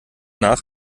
nach